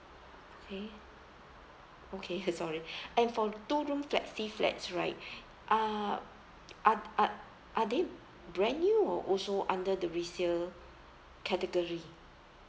okay okay sorry and for two room flexi flats right uh are are are they brand new or also under the resale category